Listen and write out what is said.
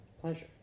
pleasure